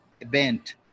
event